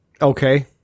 Okay